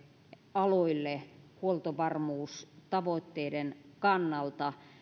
aloille huoltovarmuustavoitteiden kannalta